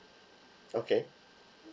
okay